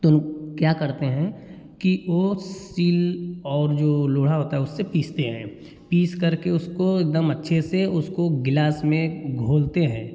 तो क्या करते हैं कि वो सील और जो लोढ़ा होता है उससे पीसते हैं पीस करके उसको एकदम अच्छे से उसको गिलास में घोलते हैं